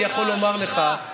אני יכול לומר לך,